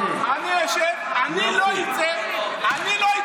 אתה תוציא אותה, היא תצא מהאולם.